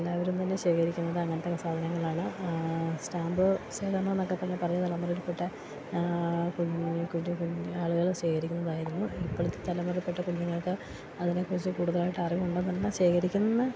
എല്ലാവരും തന്നെ ശേഖരിക്കുന്നത് അങ്ങനത്തെ സാധനങ്ങളാണ് സ്റ്റാമ്പ് ശേഖരണമെന്നൊക്കെ തന്നെ പഴയ തലമുറയിൽപ്പെട്ട കുഞ്ഞ് കുഞ്ഞ് ആളുകൾ ശേഖരിക്കുന്നതായിരുന്നു ഇപ്പഴത്തേ തലമുറയിൽപ്പെട്ട കുഞ്ഞുങ്ങൾക്ക് അതിനേക്കുറിച്ച് കൂടുതലായിട്ട് അറിവുണ്ടോ എന്ന് ശേഖരിക്കുന്ന